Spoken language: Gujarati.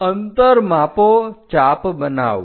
અંતર માપો ચાપ બનાવો